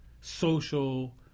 social